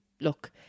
look